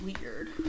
weird